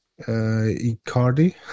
Icardi